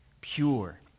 pure